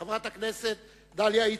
חברת הכנסת דליה איציק,